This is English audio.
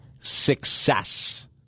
success